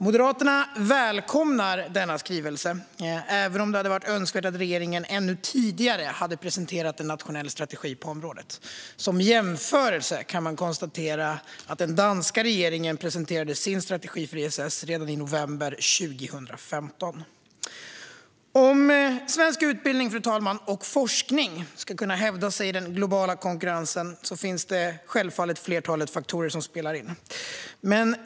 Moderaterna välkomnar denna skrivelse, även om det hade varit önskvärt att regeringen ännu tidigare hade presenterat en nationell strategi på området. Som jämförelse kan man konstatera att den danska regeringen presenterade sin strategi för ESS redan i november 2015. Om svensk utbildning och forskning ska kunna hävda sig i den globala konkurrensen, fru talman, finns det självfallet ett flertal faktorer som spelar in.